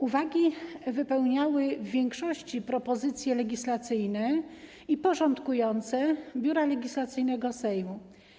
Uwagi to w większości propozycje legislacyjne i porządkujące Biura Legislacyjnego Sejmu.